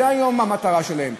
זו היום המטרה שלהם.